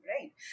right